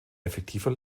effektiver